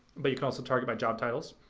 but you can also target by job titles.